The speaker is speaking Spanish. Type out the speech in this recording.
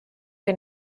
que